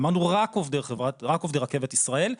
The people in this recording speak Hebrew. אמרנו רק עובדי רכבת ישראל.